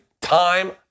time